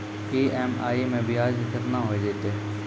EMI मैं ब्याज केतना हो जयतै?